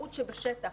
המשמעות בשטח